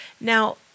Now